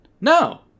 No